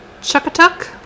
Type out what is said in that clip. Chuckatuck